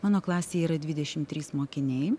mano klasėje yra dvidešim trys mokiniai